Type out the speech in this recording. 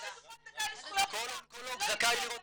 כל מטופל זכאי לזכויות -- כל אונקולוג זכאי לראות